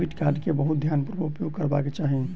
debit card के बहुत ध्यानपूर्वक उपयोग करबाक चाही